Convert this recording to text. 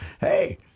hey